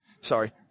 Sorry